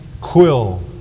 quill